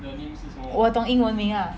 我懂英文名 lah